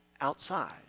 outside